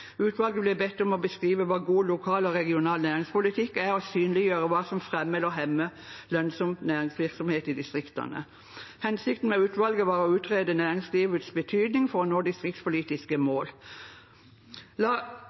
Utvalget ble bedt om å beskrive hva god lokal og regional næringspolitikk er, og å synliggjøre hva som fremmer og hemmer lønnsom næringsvirksomhet i distriktene. Hensikten med utvalget var å utrede næringslivets betydning for å nå distriktspolitiske mål. La